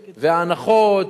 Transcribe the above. וההנחות,